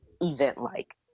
event-like